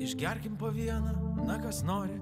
išgerkim po vieną na kas nori